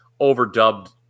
overdubbed